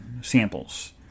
samples